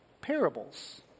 parables